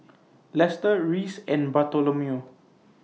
Lester Reece and Bartholomew